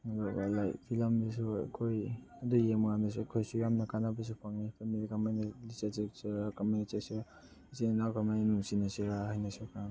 ꯑꯗꯨꯒ ꯂꯥꯏꯛ ꯐꯤꯂꯝꯗꯁꯨ ꯑꯩꯈꯣꯏ ꯑꯗꯨ ꯌꯦꯡꯕ ꯀꯥꯟꯗꯁꯨ ꯑꯩꯈꯣꯏꯗꯁꯨ ꯌꯥꯝꯅ ꯀꯥꯟꯅꯕꯁꯨ ꯐꯪꯏ ꯂꯤꯆꯠ ꯆꯠꯁꯤꯔꯥ ꯀꯃꯥꯏꯅ ꯆꯠꯁꯤꯔꯥ ꯏꯆꯤꯜ ꯏꯅꯥꯎ ꯀꯃꯥꯏꯅ ꯅꯨꯡꯁꯤꯅꯁꯤꯔꯥ ꯍꯥꯏꯅꯁꯨ